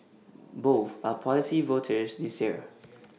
both are policy voters this year